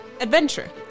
adventure